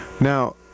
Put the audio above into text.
Now